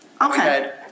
Okay